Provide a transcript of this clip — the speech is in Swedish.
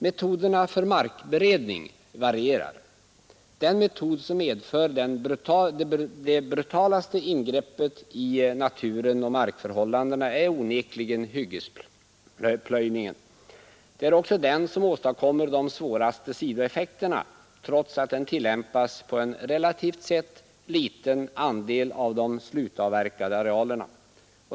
Metoderna för markberedning varierar. Den metod som medför det brutalaste ingreppet i naturen och markförhållandena är onekligen hyggesplöjningen. Det är också den som åstadkommer de svåraste sidoeffekterna trots att den tillämpas på en relativt sett liten andel av de slutavverkade arealerna.